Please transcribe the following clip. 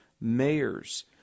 mayors